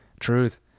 Truth